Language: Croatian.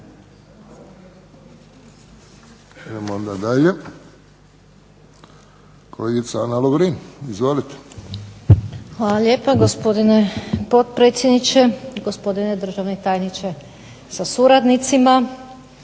Hvala lijepa gospodine potpredsjedniče, gospodine državni tajniče sa suradnicima.